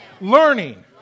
learning